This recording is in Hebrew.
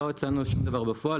לא הצענו שום דבר בפועל,